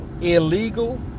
illegal